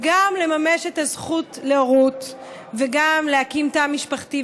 גם לממש את הזכות להורות וגם להקים תא משפחתי,